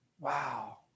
Wow